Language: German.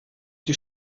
die